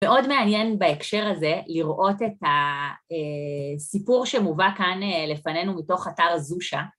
מאוד מעניין בהקשר הזה לראות את הסיפור שמובא כאן לפנינו מתוך אתר זושה.